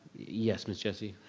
yes, ms. jessie.